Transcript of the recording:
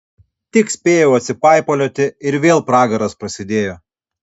tik spėjau atsipaipalioti ir vėl pragaras prasidėjo